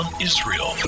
israel